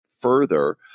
further